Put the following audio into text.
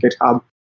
GitHub